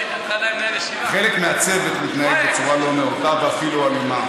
חלק מהצוות מתנהג בצורה לא נאותה ואפילו אלימה.